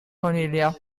cornelia